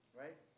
right